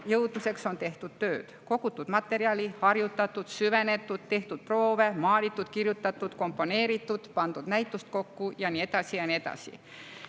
jõudmiseks on tehtud tööd: kogutud materjali, harjutatud, süvenetud, tehtud proove, maalitud, kirjutatud, komponeeritud, pandud näitust kokku ja nii edasi. Ehk loojad